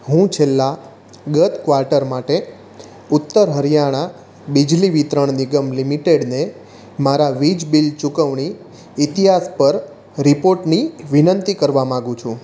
હું છેલ્લા ગત ક્વાર્ટર માટે ઉત્તર હરિયાણા બિજલી વિતરણ નિગમ લિમિટેડને મારા વીજ બિલ ચુકવણી ઈતિહાસ પર રિપોર્ટની વિનંતી કરવા માંગુ છું